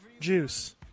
juice